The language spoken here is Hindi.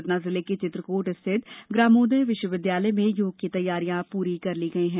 सतना जिले के चित्रकूट स्थित ग्रामोदय विश्वविद्यालय में योग की तैयारियां पूरी कर ली गई हैं